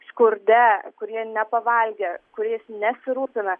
skurde kurie nepavalgę kuriais nesirūpina